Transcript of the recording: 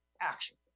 action